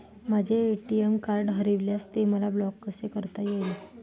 माझे ATM card हरविल्यास ते मला ब्लॉक कसे करता येईल?